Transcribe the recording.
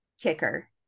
kicker